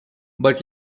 but